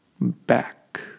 back